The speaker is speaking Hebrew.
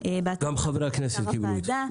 גם חברי הכנסת קיבלו אותו.